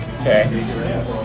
Okay